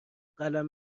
قلم